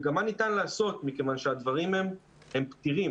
וגם מה ניתן לעשות מכיוון שהדברים הם פתירים.